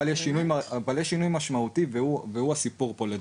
אבל יש שינוי משמעותי והוא הסיפור פה לדעתי.